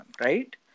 right